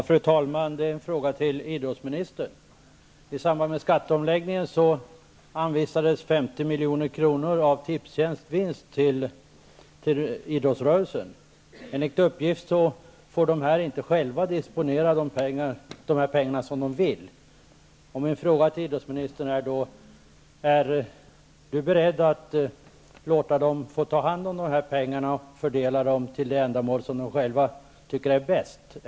Fru talman! Jag har en fråga till idrottsministern. Enligt uppgift får idrottsrörelsen inte själv disponera över pengarna. Då är min fråga till idrottsministern: Är idrottsministern beredd att låta idrottsrörelsen ta hand om dessa pengar och fördela dem till de ändamål som idrottsrörelsen själv anser vara bäst?